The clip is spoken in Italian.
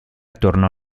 tornò